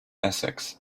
essex